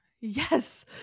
Yes